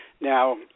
Now